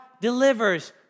delivers